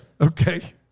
okay